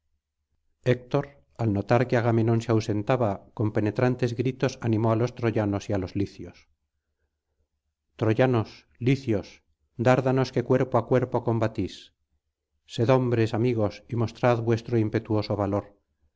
héctor al notar que agamenón se ausentaba con penetrantes gritos animó á los troyanos y á los licios troyanos licios dárdanos que cuerpo á cuerpo combatís sed hombres amigos y mostrad vuestro impetuoso valor